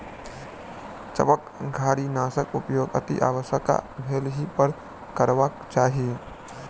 कवचधारीनाशक उपयोग अतिआवश्यक भेलहिपर करबाक चाहि